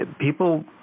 People